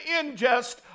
ingest